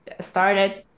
started